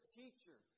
teacher